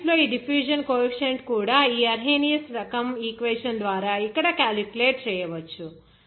6 solids లో diffusion coefficient కూడా ఈ అర్హీనియస్ రకం ఈక్వేషన్ ద్వారా ఇక్కడ క్యాలిక్యులేట్ చేయవచ్చు